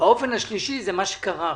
אופן שלישי זה מה שקרה עכשיו,